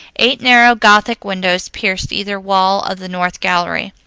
eight narrow gothic windows pierced either wall of the north gallery.